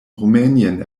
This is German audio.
rumänien